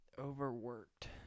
overworked